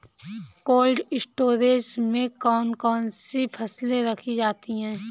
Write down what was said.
Cold storage में कौन कौन सी फसलें रखी जाती हैं?